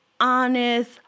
honest